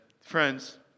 friends